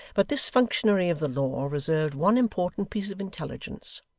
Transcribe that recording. but this functionary of the law reserved one important piece of intelligence,